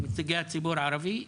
נציגי הציבור הערבי,